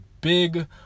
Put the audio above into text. big